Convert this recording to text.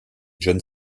john